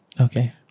okay